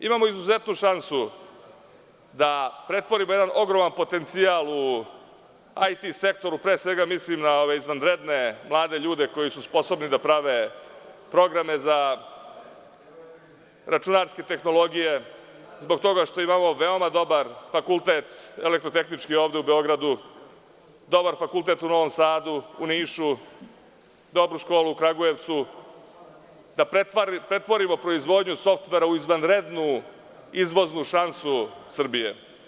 Imamo izuzetnu šansu da pretvorimo jedan ogroman potencijal u IT sektoru, pre svega mislim na izvanredne mlade ljude koji su sposobni da prave programe za računarske tehnologije, zbog toga što imamo dobar Elektro-tehnički fakultet u Beogradu, dobar fakultet u Novom Sadu, Nišu, dobru školu u Kragujevcu, da pretvorimo proizvodnju softvera u izvanrednu izvoznu šansu Srbije.